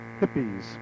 hippies